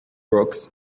rocks